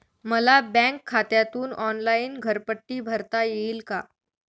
मला बँक खात्यातून ऑनलाइन घरपट्टी भरता येईल का?